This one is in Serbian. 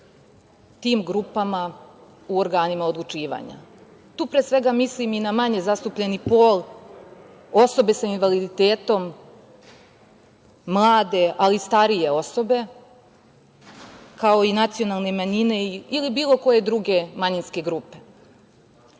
tim grupama u organima odlučivanja. Tu pre svega mislim i na manje zastupljeni pol, osobe sa invaliditetom, mlade ali i starije osobe, kao i nacionalne manjine ili bilo koje druge manjinske grupe.